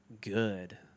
good